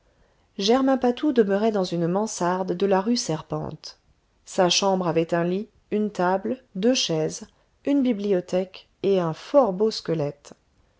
germain patou demeurait dans une mansarde de la rue serpente sa chambre avait un lit une table deux chaises une bibliothèque et un fort beau squelette